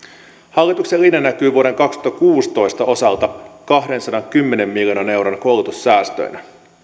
hallituksen linja näkyy vuoden kaksituhattakuusitoista osalta kahdensadankymmenen miljoonan euron koulutussäästöinä